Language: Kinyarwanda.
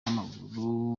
w’amaguru